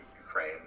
Ukraine